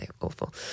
awful